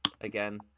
again